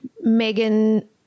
Megan